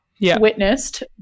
witnessed